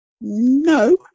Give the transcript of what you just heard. No